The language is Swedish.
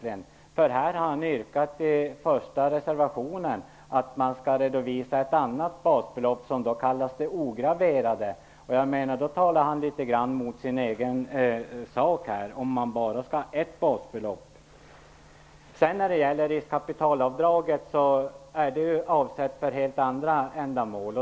I den första reservationen har han yrkat att man skall redovisa ett annat basbelopp, som då kallas det ograverade. Jag menar att han här talar litet grand emot sin egen sak om man bara skall ha ett basbelopp. När det gäller riskkapitalavdraget är det avsett för helt andra ändamål.